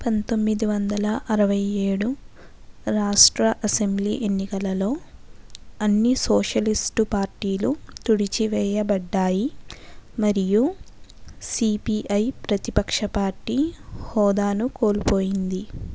పంతొమ్మిదివందల అరవైఏడు రాష్ట్ర అసెంబ్లీ ఎన్నికలలో అన్ని సోషలిస్టు పార్టీలు తుడిచివేయబడ్డాయి మరియు సీపీఐ ప్రతిపక్ష పార్టీ హోదాను కోల్పోయింది